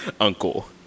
uncle